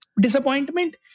Disappointment